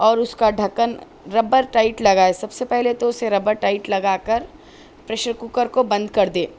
اور اس کا ڈھکّن ربر ٹائٹ لگائے سب سے پہلے تو اسے ربر ٹائٹ لگا کر پریشر کوکر کو بند کر دے